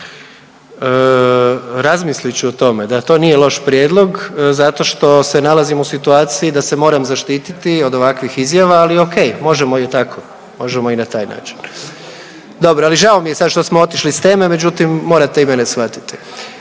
Razmislit ću o tome, da to nije loš prijedlog zato što se nalazim u situaciji da se moram zaštititi od ovakvih izjava, ali okej, možemo i tako, možemo i na taj način. Dobro, ali žao mi je sad što smo otišli s teme, međutim morate i mene shvatiti.